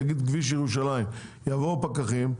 נגיד כביש ירושלים יבואו פקחים,